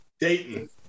Dayton